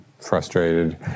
frustrated